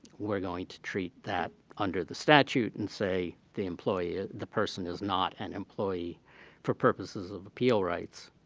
we're going to treat that under the statute and say the employee the person is not an employee for purposes of appeal rights.